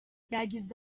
yagize